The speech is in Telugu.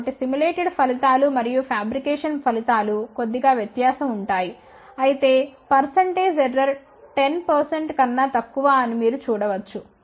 కాబట్టి సిములేటెడ్ ఫలితాలు మరియు ఫ్యాబ్రికేషన్ ఫలితాలు కొద్దిగా వ్యత్యాసం ఉంటాయి అయితే పర్సన్టేజ్ ఎర్రర్ 10 కన్నా తక్కువ అని మీరు చూడవచ్చు